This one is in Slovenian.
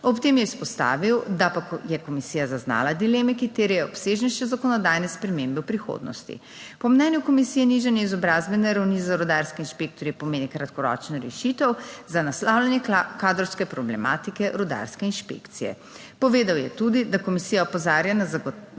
Ob tem je izpostavil, da je komisija zaznala dileme, ki terjajo obsežnejše zakonodajne spremembe v prihodnosti. Po mnenju komisije nižanje izobrazbene ravni za rudarske inšpektorje pomeni kratkoročno rešitev za naslavljanje kadrovske problematike rudarske inšpekcije. Povedal je tudi, da komisija opozarja na zagotavljanje